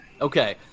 Okay